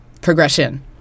progression